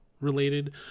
related